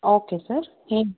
okay sir ಏನ್